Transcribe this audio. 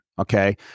okay